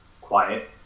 quiet